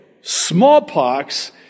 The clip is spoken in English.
Smallpox